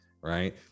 right